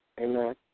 Amen